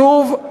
שוב,